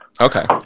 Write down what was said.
Okay